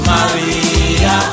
Maria